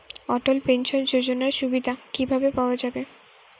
অটল pension যোজনার সুবিধা কি ভাবে পাওয়া যাবে?